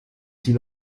sie